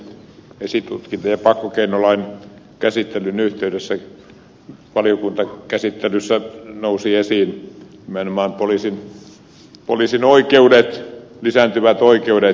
esitutkinta ja pakkokeinolain käsittelyn yhteydessä valiokuntakäsittelyssä nousivat esiin nimenomaan poliisin lisääntyvät oikeudet